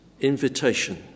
invitation